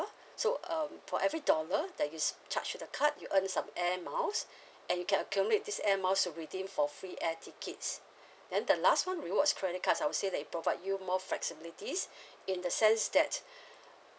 so um for every dollar that is charged to the card you earn some air miles and you can accumulate this air miles to redeem for free air tickets then the last one rewards credit cards I would say that it provide you more flexibilities in the sense that